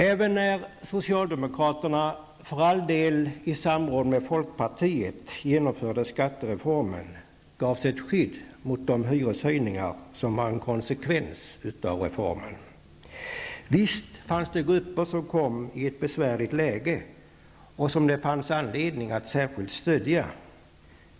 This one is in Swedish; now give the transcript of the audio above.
Även när socialdemokraterna, för all del i samråd med folkpartiet, genomförde skattereformen gavs ett skydd mot de hyreshöjningar som var en konsekvens av reformen. Visst fanns grupper som kom i ett besvärligt läge och som det fanns anledning att särskilt stödja.